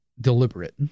deliberate